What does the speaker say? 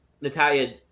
Natalia